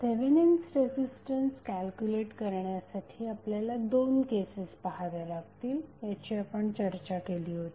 Thevenin's resistance calculate करण्यासाठी आपल्याला दोन केसेस पहाव्या लागतील याची आपण चर्चा केली होती